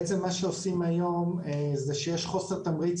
בעצם מה שעושים היום זה שיש חוסר תמריץ